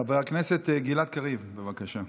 חבר הכנסת גלעד קריב, בבקשה.